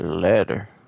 Letter